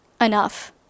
enough